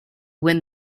win